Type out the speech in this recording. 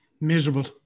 Miserable